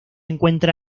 encuentra